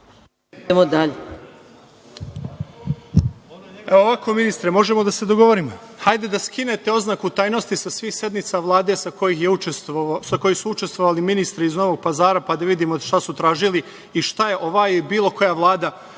Ovako, ministre, možemo da se dogovorimo. Hajde da skinete oznaku tajnosti sa svih sednica Vlade sa kojih su učestvovali ministri iz Novog Pazara, pa da vidimo šta su tražili i šta je ova i bilo koja vlada